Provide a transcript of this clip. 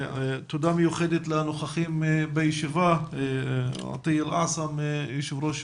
תודה מיוחדת לנוכחים בישיבה, עטיה אלהאסם שהוא ראש